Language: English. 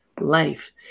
life